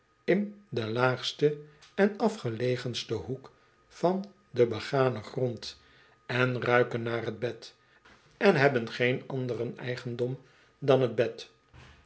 in den laagsten en afgelegensten hoek van den beganen grond en ruiken naar t bod en hebben geen anderen eigendom dan t bed